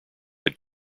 had